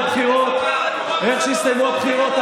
איך שהסתיימו הבחירות,